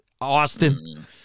Austin